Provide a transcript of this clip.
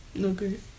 Okay